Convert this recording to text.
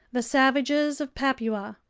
the savages of papua,